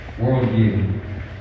worldview